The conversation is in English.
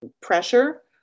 pressure